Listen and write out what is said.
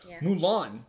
Mulan